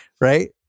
right